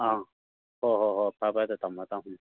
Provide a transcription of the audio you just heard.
ꯑꯪ ꯍꯣ ꯍꯣ ꯍꯣ ꯐꯔꯦ ꯐꯔꯦ ꯑꯗꯣ ꯊꯝꯃꯣ ꯊꯝꯃꯣ ꯎꯝ